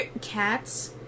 Cats